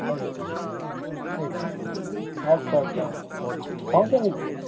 हजुर के काठको चाहियो र अच्छा अच्छा पाउँछ नि त्यो त